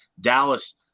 Dallas